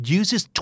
uses